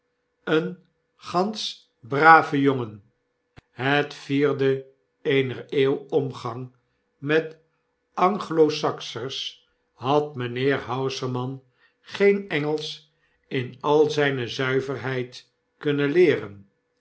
een gants brafe jongen het vierde eener eeuw omgang met anglo saksers had mynheer hausermann geen engelsch in al zijne zuiverheid kunnen leeren